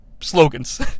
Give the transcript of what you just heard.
slogans